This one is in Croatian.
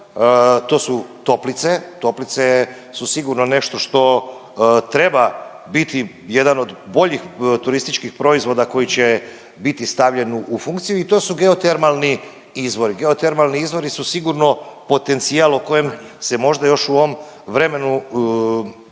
to su toplice. Toplice su sigurno nešto što treba biti jedan od boljih turističkih proizvoda koji će biti stavljen u funkciju i to su geotermalni izvori. Geotermalni izvori su sigurno potencijal o kojem se možda još u ovom vremenu priča,